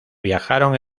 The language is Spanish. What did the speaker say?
viajaron